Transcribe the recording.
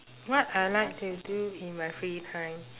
what I like to do in my free time